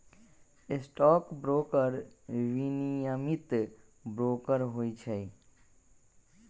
stock broker विनियमित broker होइ छइ